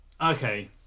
Okay